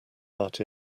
art